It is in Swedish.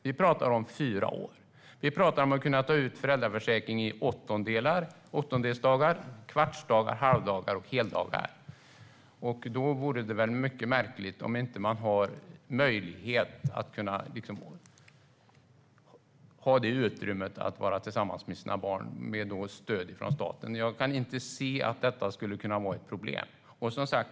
Vi pratar också om fyra år, och vi pratar om att kunna ta ut föräldraförsäkring i åttondelsdagar, kvartsdagar, halvdagar och heldagar. Då vore det väl mycket märkligt om man inte hade möjlighet att ha det utrymmet att vara tillsammans med sina barn med stöd från staten. Jag kan inte se att detta skulle kunna vara ett problem.